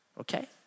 okay